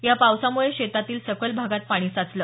या पावसामुळे शेतातील सकल भागात पाणी साचलं